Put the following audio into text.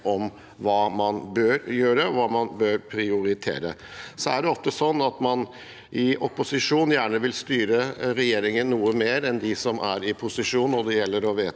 er, hva man bør gjøre, og hva man bør prioritere. Så er det ofte sånn at man i opposisjon gjerne vil styre regjeringen noe mer enn dem som er i posisjon, vil, når det gjelder å vedta